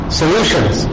solutions